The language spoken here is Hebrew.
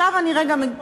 יש גז.